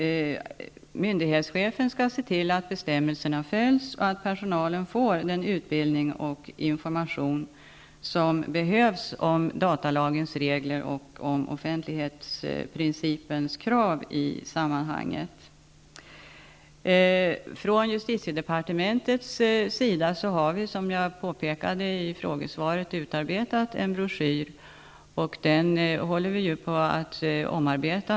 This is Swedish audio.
Myndighetschefen skall se till att bestämmelserna följs och att personalen får den utbildning och information som behövs om datalagens regler och om offentlighetsprincipens krav i sammanhanget. Från justitiedepartementets sida har vi, som jag påpekat i frågesvaret, utarbetat en broschyr som vi nu håller på att omarbeta.